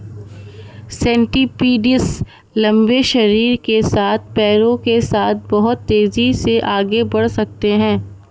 centipedes लंबे शरीर के साथ पैरों के साथ बहुत तेज़ी से आगे बढ़ सकते हैं